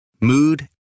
mood